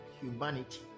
humanity